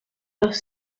los